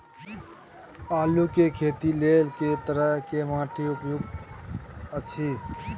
आलू के खेती लेल के तरह के माटी उपयुक्त अछि?